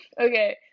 Okay